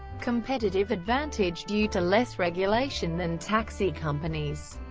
competitive advantage due to less regulation than taxi companies